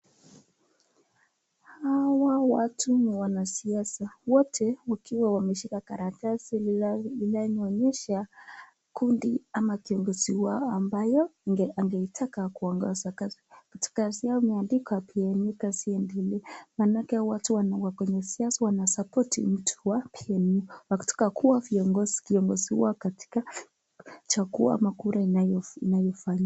Hawa watu ni wanasiasa, wote wakiwa wameshika karatasi linayoonyesha kundi ama kiongozi wao ambaye angeitaka kuongoza. Katika karatasi yao, imeandikwa PNU Kazi Iendelee. Maanake watu wanaokuwa kwenye siasa, wanasupport mtu wa PNU wa katika kuwa kiongozi wao katika chaguo ama kura inayofanya.